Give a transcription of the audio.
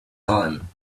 time